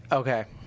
okay.